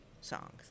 songs